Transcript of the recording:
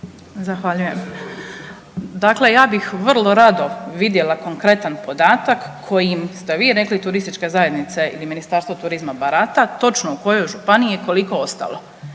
Zahvaljujem. Dakle, ja bih vrlo rado vidjela konkretan podatak kojim ste vi rekli, turističke zajednice ili Ministarstvo turizma barata, točno u kojoj županiji je koliko ostalo.